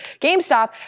GameStop